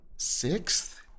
Sixth